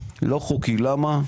לא חוקי למה?